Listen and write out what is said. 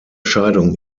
scheidung